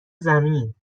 زمین